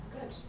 good